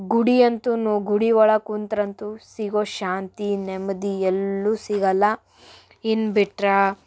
ಗುಡಿ ಅಂತು ಗುಡಿ ಒಳಗೆ ಕುಂತ್ರಂತು ಸಿಗೋ ಶಾಂತಿ ನೆಮ್ಮದಿ ಎಲ್ಲೂ ಸಿಗಲ್ಲ ಇನ್ನ ಬಿಟ್ರೆ